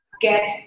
get